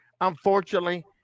unfortunately